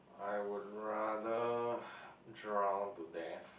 I would rather drown to death